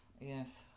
Yes